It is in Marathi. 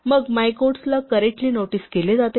मग माय क्वोट्सला करेक्ट्ली नोटीस केले जाते